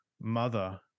mother